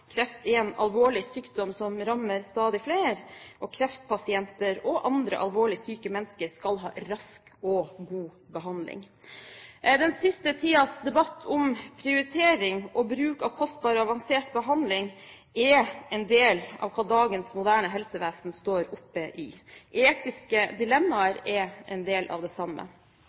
Kreft er en alvorlig sykdom som rammer stadig flere. Kreftpasienter og andre alvorlig syke mennesker skal ha rask og god behandling. Den siste tidens debatt om prioritering og bruk av kostbar og avansert behandling er en del av hva dagens moderne helsevesen står oppe i. Etiske dilemmaer er en del av det samme.